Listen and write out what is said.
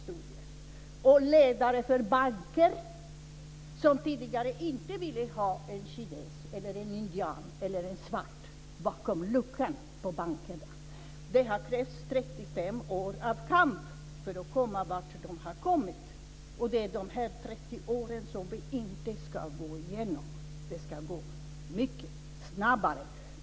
Jag har också sett ledare för banker som tidigare inte ville ha en kines, en indian eller en svart bakom luckan på banken. Det har krävts 35 år av kamp för att komma dit de har kommit. Det är de här 35 åren som vi inte ska gå igenom. Det ska gå mycket snabbare.